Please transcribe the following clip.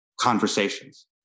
conversations